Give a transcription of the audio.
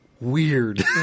weird